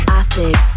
acid